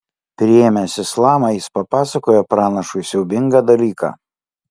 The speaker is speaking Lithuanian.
priėmęs islamą jis papasakojo pranašui siaubingą dalyką